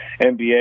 NBA